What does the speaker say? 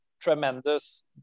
tremendous